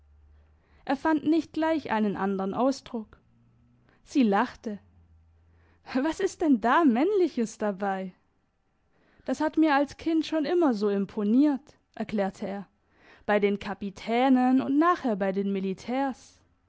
er fand nicht gleich einen andern ausdruck sie lachte was ist denn da männliches dabei das hat mir als kind schon immer so imponiert erklärte er bei den kapitänen und nachher bei den militärs